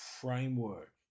framework